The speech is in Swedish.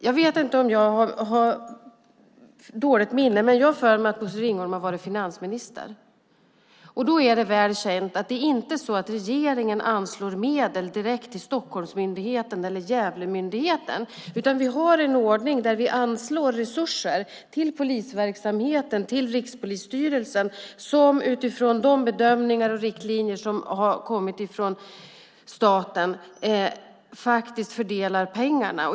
Jag vet inte om jag har dåligt minne, men jag har för mig att Bosse Ringholm har varit finansminister. Då är det väl känt att det inte är så att regeringen anslår medel direkt till Stockholmsmyndigheten eller Gävlemyndigheten, utan vi har en ordning där vi anslår resurser till polisverksamheten till Rikspolisstyrelsen, som utifrån de bedömningar och riktlinjer som har kommit från staten fördelar pengarna.